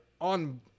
on